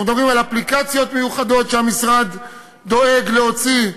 אנחנו מדברים על אפליקציות מיוחדות שהמשרד דואג להוציא,